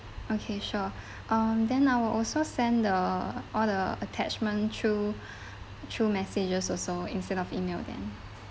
okay sure um then I will also send the all the attachment through through messages also instead of email them